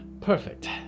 Perfect